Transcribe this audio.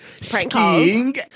skiing